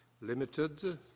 Limited